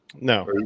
No